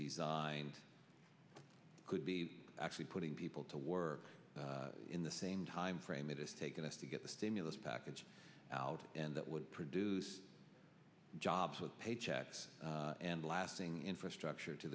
designed could be actually putting people to work in the same timeframe it has taken us to get the stimulus package out and that would produce jobs with paychecks and lasting infrastructure to